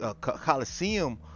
coliseum